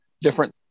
different